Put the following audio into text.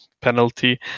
penalty